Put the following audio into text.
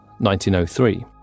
1903